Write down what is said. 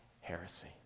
heresy